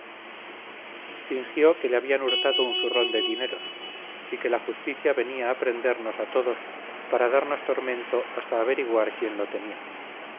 fingió que le habían hurtado un zurrón de dineros y que la justicia venía a prendernos a todos para darnos tormento hasta avariguar quién lo tenia